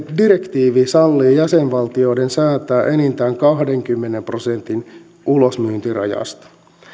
direktiivi sallii jäsenvaltioiden säätää enintään kahdenkymmenen prosentin ulosmyyntirajasta